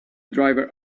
driver